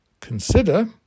consider